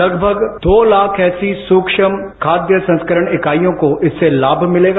लगभग दो लाख ऐसी सूक्ष्म खाद्य संस्करण इकाइयों को इससे लाभ भिलेगा